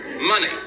Money